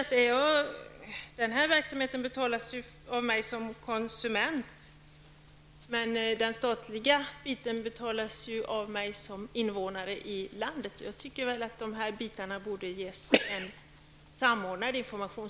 Denna verksamhet betalas av mig som konsument. Men den statliga delen betalas ju också av mig såsom invånare i landet. Jag tycker att det borde finnas möjlighet till samordnad information.